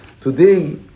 today